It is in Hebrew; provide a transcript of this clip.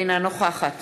אינה נוכחת